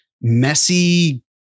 messy